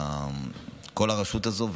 כל הרשות הזאת,